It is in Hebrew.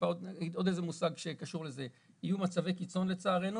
אגיד עוד איזה מושג שקשור לזה יהיו מצבי קיצון לצערנו